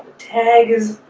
tag is